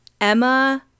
emma